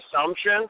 assumption